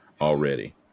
already